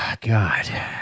God